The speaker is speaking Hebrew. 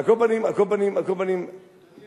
על כל פנים, אדוני